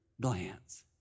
glance